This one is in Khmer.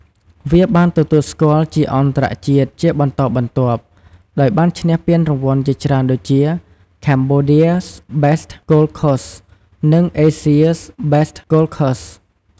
វាបានទទួលស្គាល់ជាអន្តរជាតិជាបន្តបន្ទាប់ ដោយបានឈ្នះពានរង្វាន់ជាច្រើនដូចជា "Cambodia's Best Golf Course" និង "Asia's Best Golf Course"។